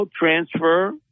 transfer